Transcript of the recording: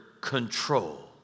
control